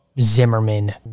Zimmerman